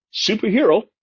Superhero